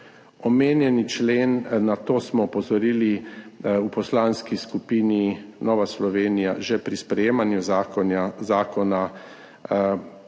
virov. Na to smo opozorili v Poslanski skupini Nova Slovenija že pri sprejemanju zakona.